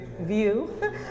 view